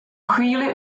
chvíli